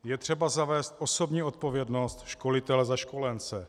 Je třeba zavést osobní odpovědnost školitele za školence.